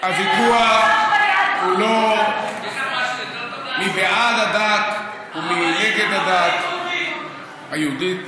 הוויכוח הוא לא מי בעד הדת היהודית ומי נגד הדת היהודית,